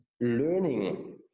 learning